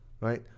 right